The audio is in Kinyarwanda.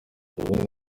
ubundi